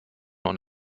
und